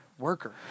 Worker